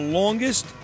longest